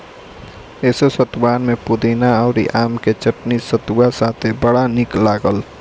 असो सतुआन में पुदीना अउरी आम के चटनी सतुआ साथे बड़ा निक लागल